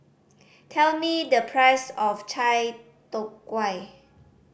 tell me the price of Chai Tow Kuay